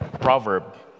proverb